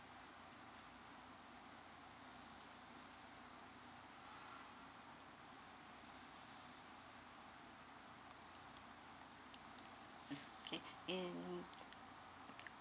okay in